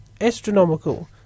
astronomical